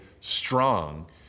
strong